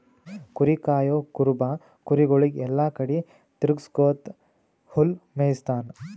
ಕುರಿ ಕಾಯಾ ಕುರುಬ ಕುರಿಗೊಳಿಗ್ ಎಲ್ಲಾ ಕಡಿ ತಿರಗ್ಸ್ಕೊತ್ ಹುಲ್ಲ್ ಮೇಯಿಸ್ತಾನ್